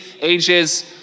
ages